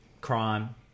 crime